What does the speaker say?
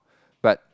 but